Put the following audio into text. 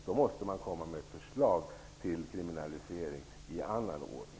Då måste man komma med ett förslag till kriminalisering i annan ordning.